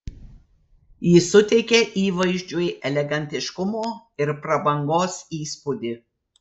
ji suteikia įvaizdžiui elegantiškumo ir prabangos įspūdį